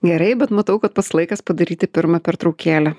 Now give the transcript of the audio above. gerai bet matau kad pats laikas padaryti pirmą pertraukėlę